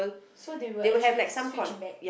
so they were actually switched back